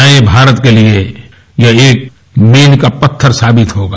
नये भारत के लिए ये एक मील का पत्थ साबित होगा